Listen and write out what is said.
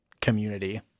community